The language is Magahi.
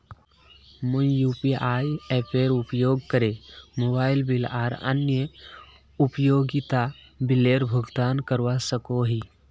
मुई यू.पी.आई एपेर उपयोग करे मोबाइल बिल आर अन्य उपयोगिता बिलेर भुगतान करवा सको ही